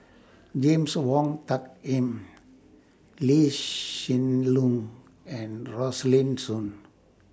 James Wong Tuck Yim Lee Hsien Loong and Rosaline Soon